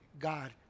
God